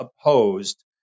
opposed